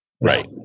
Right